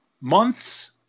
months